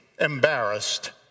embarrassed